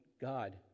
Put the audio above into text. God